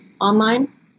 online